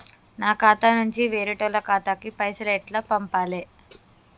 నా ఖాతా నుంచి వేరేటోళ్ల ఖాతాకు పైసలు ఎట్ల పంపాలే?